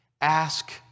Ask